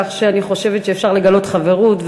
כך שאני חושבת שאפשר לגלות חברות,